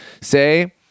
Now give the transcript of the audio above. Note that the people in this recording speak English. Say